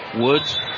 Woods